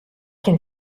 can